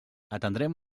atendrem